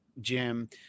Jim